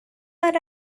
are